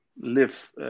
live